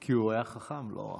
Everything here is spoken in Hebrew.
כי הוא היה חכם, לא?